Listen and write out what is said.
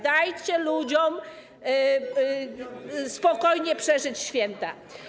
Dajcie ludziom spokojnie przeżyć święta.